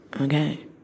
okay